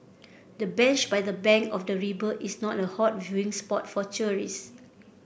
the bench by the bank of the river is not a hot viewing spot for tourist